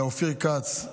לאופיר כץ,